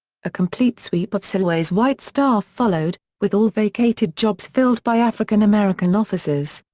a complete sweep of selway's white staff followed, with all vacated jobs filled by african-american officers.